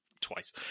Twice